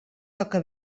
toca